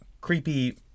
creepy